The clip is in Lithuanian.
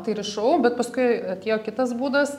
tai rišau bet paskui atėjo kitas būdas